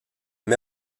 met